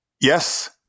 Yes